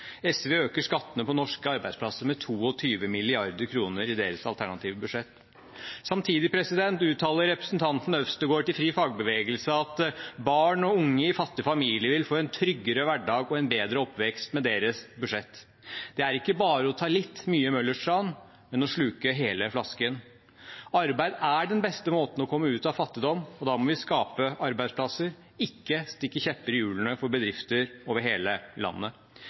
SV øker skattene på norske arbeidsplasser med 22 mrd. kr i sitt alternative budsjett. Samtidig uttaler representanten Øvstegård til FriFagbevegelse at barn og unge i fattige familier vil få en tryggere hverdag og en bedre oppvekst med deres budsjett. Det er ikke bare å ta litt mye Møllers tran, men å sluke hele flasken. Arbeid er den beste måte å komme ut av fattigdom – og da må vi skape arbeidsplasser, ikke stikke kjepper i hjulene for bedrifter over hele landet.